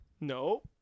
No